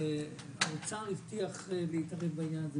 האוצר הבטיח להתערב בעניין הזה,